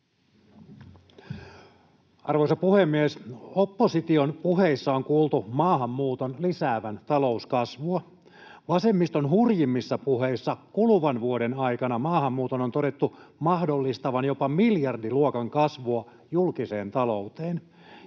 Arvoisa puhemies! Opposition puheissa on kuultu maahanmuuton lisäävän talouskasvua. Vasemmiston hurjimmissa puheissa kuluvan vuoden aikana maahanmuuton on todettu mahdollistavan jopa miljardiluokan kasvua julkiseen talouteen.